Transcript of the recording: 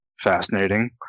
fascinating